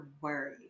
worry